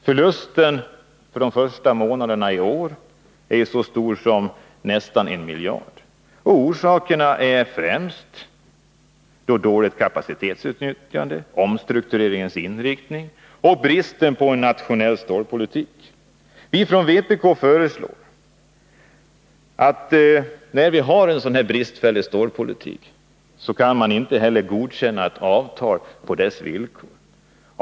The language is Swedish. Förlusten för de första månaderna i år 10 december 1981 är så stor som nästan 1 miljard kronor. Orsakerna är främst dåligt kapacitetsutnyttjande, omstruktureringens inriktning och bristen på natio Kapitaltillskott nell stålpolitik. Vi anser inom vpk, att när stålpolitiken är så bristfällig kan man inte godkänna ett avtal på dessa villkor.